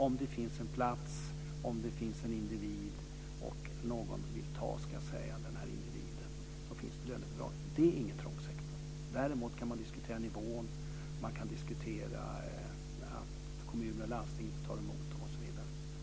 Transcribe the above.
Om det finns en plats, om det finns en individ, och någon vill ta den här individen finns det lönebidrag. Det är ingen trång sektor. Däremot kan man diskutera nivån, och man diskutera att kommuner och landsting ska ta emot dem osv.